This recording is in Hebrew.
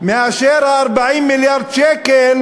מאשר ה-40 מיליארד שקל,